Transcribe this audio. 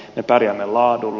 me pärjäämme laadulla